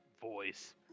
voice